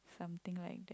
something like that